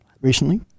recently